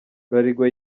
bralirwa